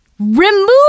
remove